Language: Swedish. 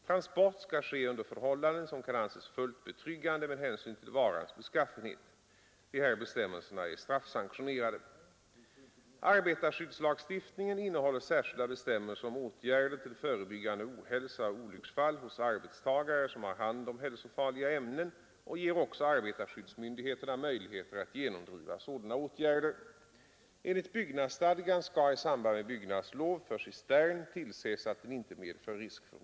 Transport skall ske under förhållanden som kan anses fullt betryggande med hänsyn till varans beskaffenhet. Dessa bestämmelser är straffsanktionerade. Arbetarskyddslagstiftningen innehåller särskilda bestämmelser om åtgärder till förebyggande av ohälsa och olycksfall hos arbetstagare, som har hand om hälsofarliga ämnen, och ger också arbetarskyddsmyndigheterna möjligheter att genomdriva sådana åtgärder.